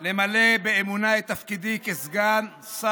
בושה.